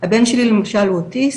הבן שלי למשל הוא אוטיסט,